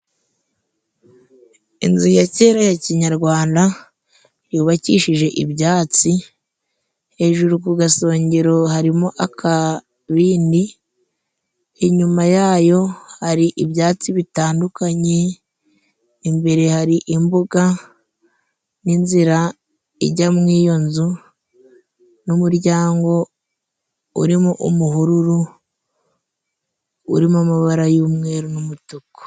Inzu ya kera ya kinyarwanda yubakishije ibyatsi ,hejuru ku gasongero harimo akabindi, inyuma yayo hari ibyatsi bitandukanye, imbere hari imbuga n'inzira ijya mu iyo nzu ,n'umuryango urimo umuhururu uri mu amabara y'umweru n'umutuku.